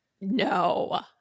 No